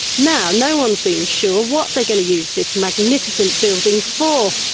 now no one seems sure what they're going to use this magnificent building for.